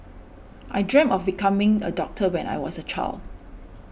I dreamt of becoming a doctor when I was a child